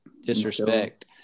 disrespect